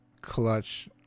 clutch